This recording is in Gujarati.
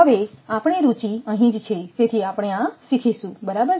હવે આપણી રુચિ અહીં જ છે તેથી આપણે આ શીખીશું બરાબર